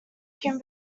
vacuum